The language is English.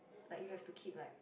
like you have to keep like